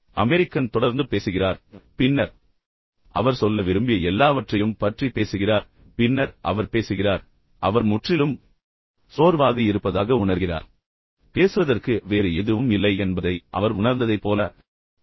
American தொடர்ந்து பேசுகிறார் பின்னர் அவர் சொல்ல விரும்பிய எல்லாவற்றையும் பற்றி பேசுகிறார் பின்னர் அவர் பேசுகிறார் அவர் முற்றிலும் சோர்வாக இருப்பதாக உணர்கிறார் பேசுவதற்கு வேறு எதுவும் இல்லை என்பதை அவர் உணர்ந்ததைப் போல அப்போதுதான் ஜப்பானியர்கள் பேசத் தொடங்குகிறார்கள்